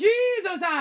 Jesus